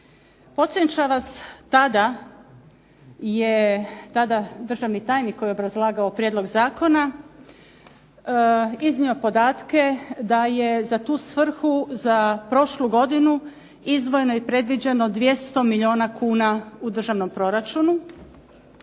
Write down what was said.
Podsjećam vas tada je, tada državni tajnik koji je obrazlagao prijedlog zakona iznio podatke da je za tu svrhu za prošlu godinu izdvojeno i predviđeno 200 milijuna kuna u državnom proračunu,